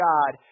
God